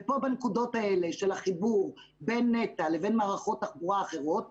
זה פה בנקודות האלה של החיבור בין נת"ע לבין מערכות תחבורה אחרות.